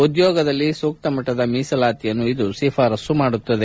ಉದ್ನೋಗದಲ್ಲಿ ಸೂಕ್ತ ಮಟ್ಟದ ಮೀಸಲಾತಿಯನ್ನು ಇದು ಶಿಫಾರಸು ಮಾಡುತ್ತದೆ